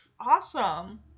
awesome